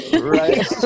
right